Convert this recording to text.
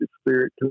spirit